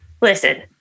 listen